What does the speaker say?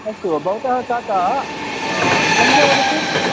अस्तु भवतः काता सङ्ख्या वदतु